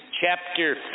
chapter